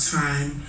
time